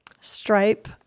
stripe